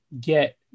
get